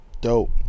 Dope